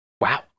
Wow